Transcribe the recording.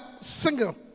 single